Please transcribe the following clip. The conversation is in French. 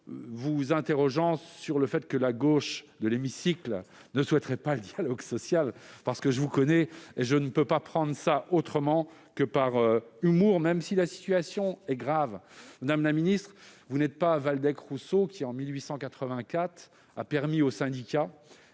humour votre interrogation quant au fait que la gauche de l'hémicycle ne souhaiterait pas le dialogue social ... Soyons sérieux ! Je vous connais, je ne peux prendre cela autrement qu'avec humour, même si la situation est grave. Madame la ministre, vous n'êtes pas Waldeck-Rousseau qui, en 1884, a permis aux syndicats